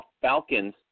Falcons